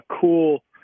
cool